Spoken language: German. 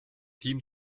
team